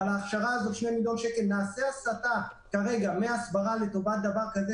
אבל בואו נעשה הסטה מהסברה לטובת הכשרה,